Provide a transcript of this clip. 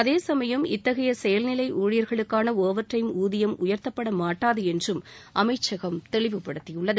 அதேசமயம் இத்தகைய செயல்நிலை ஊழியர்களுக்கான ஒவர் டைம் ஊதியம் உயர்த்தப்படமாட்டாது என்றும் அமைச்சகம் தெளிவுப்படுத்தியுள்ளது